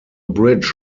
bridge